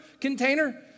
container